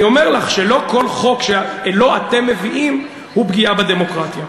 אני אומר לך שלא כל חוק שלא אתם מביאים הוא פגיעה בדמוקרטיה.